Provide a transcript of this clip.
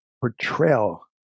portrayal